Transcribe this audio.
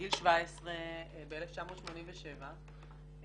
בגיל 17, ב-1987,